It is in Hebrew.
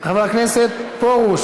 חבר הכנסת פרוש,